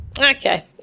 okay